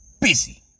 busy